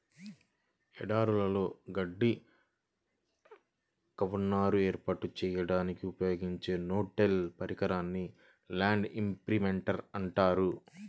ఎడారులలో గడ్డి కవర్ను ఏర్పాటు చేయడానికి ఉపయోగించే నో టిల్ పరికరాన్నే ల్యాండ్ ఇంప్రింటర్ అంటారు